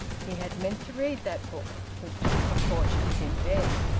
he had meant to read that book, with due precautions, in bed.